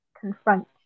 confront